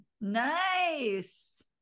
nice